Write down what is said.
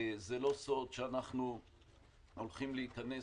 זה לא סוד שאנחנו הולכים להיכנס